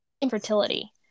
infertility